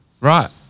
Right